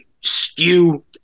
skew